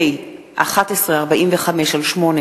פ/1145/18